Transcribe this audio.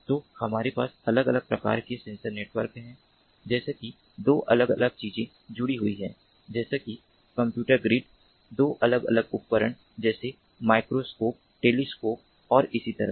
तो हमारे पास अलग अलग प्रकार के सेंसर नेटवर्क हैं जैसे कि 2 अलग अलग चीजें जुड़ी हुई हैं जैसे कि कंप्यूटर ग्रिड 2 अलग अलग उपकरण जैसे माइक्रोस्कोप टेलीस्कोप और इसी तरह